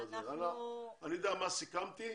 אני יודע מה סיכמתי,